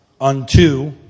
unto